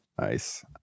Nice